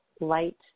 light